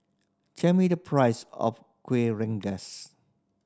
tell me the price of Kuih Rengas